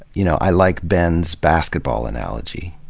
you know, i like ben's basketball analogy.